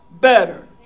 better